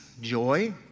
joy